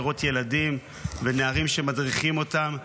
לראות ילדים ונערים שמדריכים אותם,